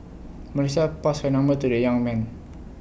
Melissa passed her number to the young man